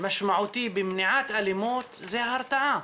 משמעותי במניעת אלימות זה הרתעה,